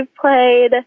played